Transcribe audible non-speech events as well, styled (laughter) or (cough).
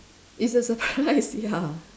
it's a surprise (laughs) ya